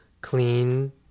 clean